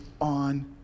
on